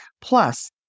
Plus